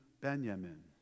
Benjamin